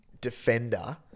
defender